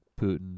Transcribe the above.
Putin